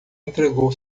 entregou